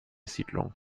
siedlung